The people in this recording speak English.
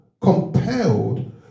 compelled